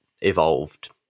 evolved